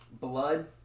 Blood